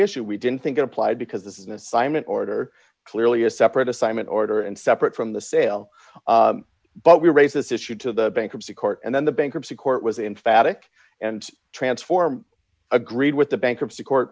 issue we didn't think it applied because this is an assignment order clearly a separate assignment order and separate from the sale but we raised this issue to the bankruptcy court and then the bankruptcy court was emphatic and transform agreed with the bankruptcy court